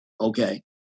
okay